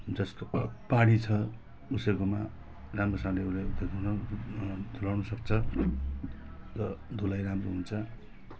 जसकोमा पानी छ उसकोमा राम्रोसँगले धुनु धुलाउनु सक्छ र धुलाइ राम्रो हुन्छ